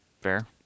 Fair